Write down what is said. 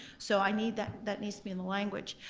so i need that, that needs to be in the language.